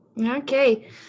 okay